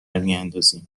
میاندازیم